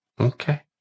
Okay